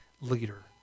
leader